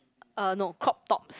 uh no crop tops